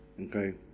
Okay